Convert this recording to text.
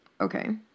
Okay